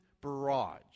barrage